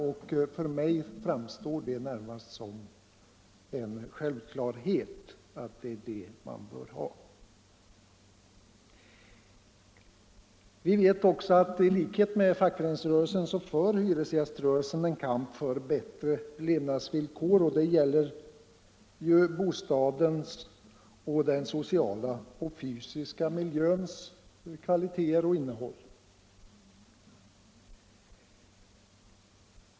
Vi vet att i likhet med fackföreningsrörelsen för hyresgäströrelsen en kamp för bättre levnadsvillkor. Det gäller bostadens och den sociala och fysiska miljöns kvalitet och innehåll.